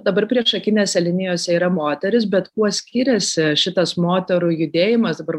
dabar priešakinėse linijose yra moteris bet kuo skiriasi šitas moterų judėjimas dabar